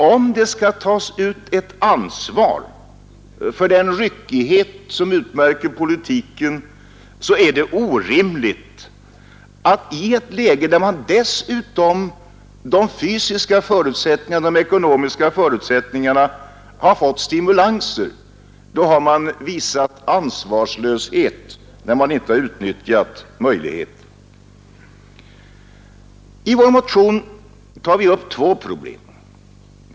Om man skall ställas till ansvar för den ryckighet som utmärker politiken kan det också sägas vara ansvarslöst att näringslivet inte utnyttjar möjligheterna i ett läge där dessutom de fysiska och ekonomiska förutsättningarna fått stimulanser. I vår motion tar vi upp två problem.